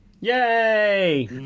Yay